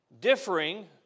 differing